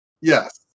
Yes